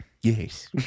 Yes